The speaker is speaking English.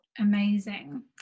Amazing